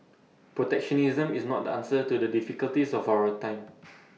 protectionism is not the answer to the difficulties of our time